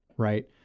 Right